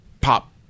pop